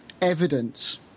evidence